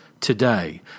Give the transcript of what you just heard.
Today